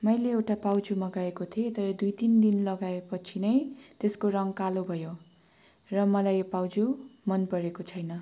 मैले एउटा पाउजु मँगाएको थिएँ तर दुई तिन दिन लगाएपछि नै त्यसको रङ्ग कालो भयो र मलाई यो पाउजु मन परेको छैन